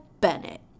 Bennett